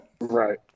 Right